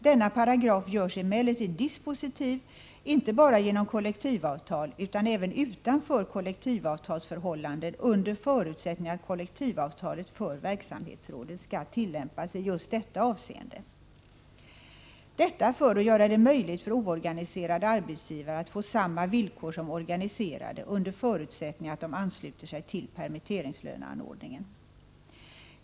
Denna paragraf görs emellertid dispositiv inte bara genom kollektivavtal utan även utanför kollektivavtalsförhållanden under förutsättning att kollektivavtalet för verksamhetsområdet skall tillämpas i just detta avseende. Detta för att göra det möjligt för oorganiserade arbetsgivare att få samma villkor som organiserade under förutsättning att de ansluter sig till permitteringslöneanordningen.